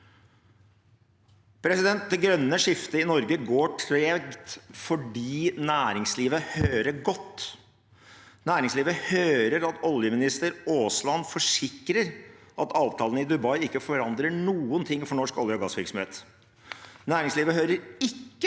grader. Det grønne skiftet i Norge går tregt fordi næringslivet hører godt. Næringslivet hører at oljeminister Aasland forsikrer at avtalen i Dubai ikke forandrer noen ting for norsk olje- og gassvirksomhet. Næringslivet hører ikke